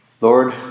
Lord